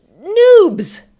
noobs